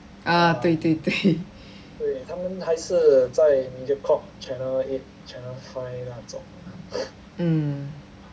ah 对对对 mm